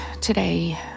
today